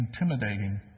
intimidating